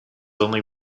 only